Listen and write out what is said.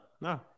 no